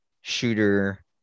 shooter